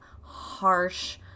harsh